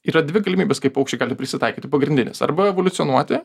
yra dvi galimybės kaip paukščiai gali prisitaikyti pagrindinis arba evoliucionuoti